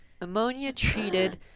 ammonia-treated